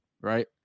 right